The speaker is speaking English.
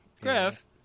Griff